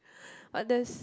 but there's